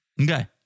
Okay